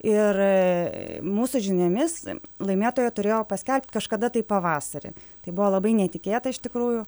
ir mūsų žiniomis laimėtoją turėjo paskelbt kažkada tai pavasarį tai buvo labai netikėta iš tikrųjų